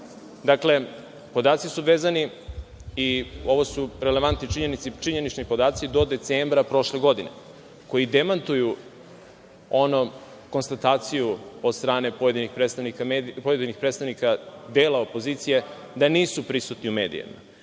Dakle, podaci su vezani i ovo su relevantni činjenični podaci do decembra prošle godine, koji demantuju konstataciju od strane pojedinih predstavnika dela opozicije da nisu prisutni u medijima,